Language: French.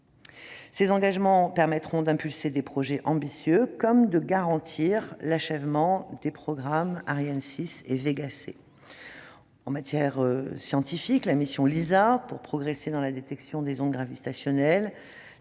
Ces engagements permettront d'impulser des projets ambitieux comme de garantir l'achèvement des programmes Ariane 6 et Vega C. En matière scientifique, la mission LISA nous permettra de progresser dans la détection des ondes gravitationnelles